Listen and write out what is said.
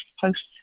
Post